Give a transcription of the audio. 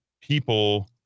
people